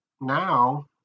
now